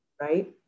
right